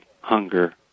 hunger